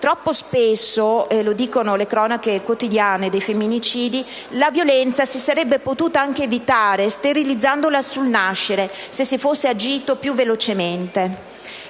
troppo spesso - e lo dicono le cronache quotidiane dei femminicidi - la violenza si sarebbe potuta evitare sterilizzandola sul nascere, se solo si fosse agito più velocemente.